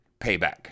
payback